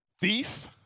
thief